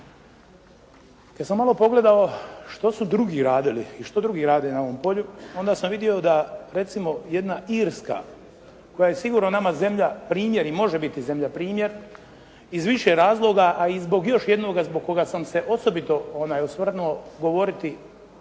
Kad sam malo pogledao što su drugi radili i što drugi rade na ovom polju onda sam vidio da recimo jedna Irska koja je sigurno nama zemlja primjer i može biti zemlja primjer iz više razloga, a i zbog još jednoga zbog koga sam se osobito osvrnuo govoriti,